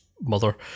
mother